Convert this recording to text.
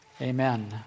Amen